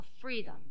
freedom